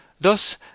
Thus